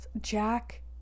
Jack